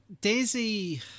Daisy